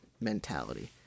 mentality